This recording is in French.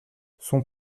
son